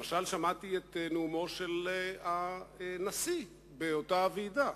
למשל, שמעתי את נאומו של הנשיא באותה ועידה.